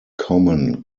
common